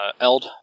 Eld